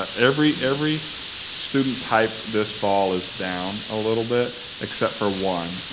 every every student type this fall is down a little bit except for one,